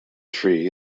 tree